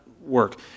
work